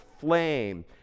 flame